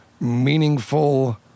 meaningful